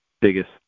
biggest